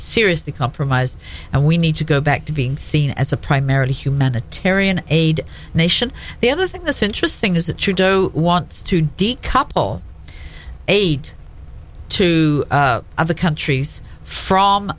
seriously compromised and we need to go back to being seen as a primarily humanitarian aid nation the other thing that's interesting is that you don't want to decouple aid to other countries from